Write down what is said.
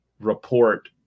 report